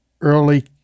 early